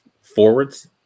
forwards